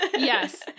Yes